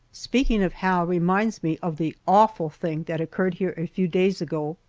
speaking of hal reminds me of the awful thing that occurred here a few days ago.